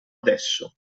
adesso